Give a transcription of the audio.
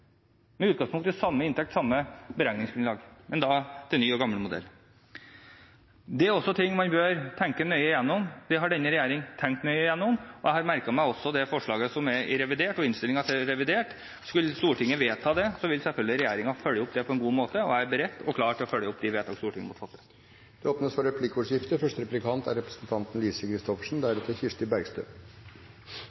med utgangspunkt i samme inntekt og samme beregningsgrunnlag, men da etter ny og gammel modell? Det er også noe man bør tenke nøye igjennom. Det har denne regjering tenkt nøye igjennom, og jeg har også merket meg det forslaget som er i innstillingen til revidert. Skulle Stortinget vedta det, vil selvfølgelig regjeringen følge opp det på en god måte. Jeg er beredt til å følge opp de vedtak Stortinget fatter. Det blir replikkordskifte.